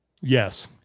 Yes